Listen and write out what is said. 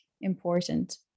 important